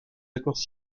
accords